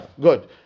good